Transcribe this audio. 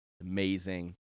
Amazing